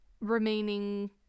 remaining